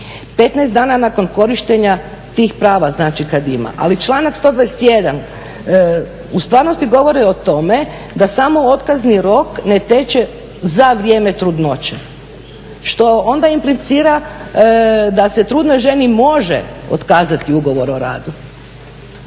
15 dana nakon korištenja tih prava kada ima, ali članak 121.u stvarnosti govori o tome da samo otkazni rok ne teče za vrijeme trudnoće, što onda implicira da se trudnoj ženi može otkazati ugovor o radu.